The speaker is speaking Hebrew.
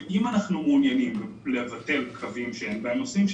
אם אנחנו מעוניינים לבטל קווים שאין בהם נוסעים,